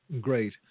Great